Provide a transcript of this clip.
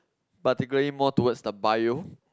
particularly more towards the Bio